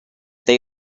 they